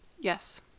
yes